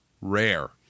rare